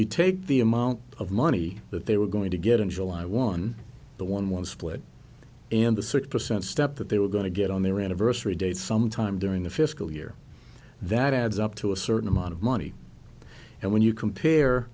you take the amount of money that they were going to get in july one the one was split and the six percent step that they were going to get on their anniversary date sometime during the fiscal year that adds up to a certain amount of money and when you compare